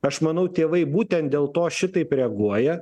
aš manau tėvai būtent dėl to šitaip reaguoja